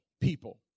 people